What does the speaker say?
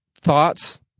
thoughts